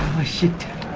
michigan